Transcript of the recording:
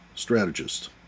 strategist